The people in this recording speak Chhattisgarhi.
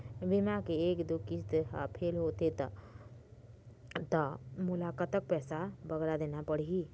बीमा के एक दो किस्त हा फेल होथे जा थे ता मोला कतक पैसा बगरा देना पड़ही ही?